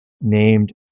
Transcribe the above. named